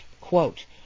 quote